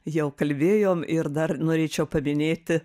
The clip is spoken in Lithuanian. jau kalbėjom ir dar norėčiau paminėti